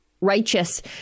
righteous